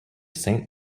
saint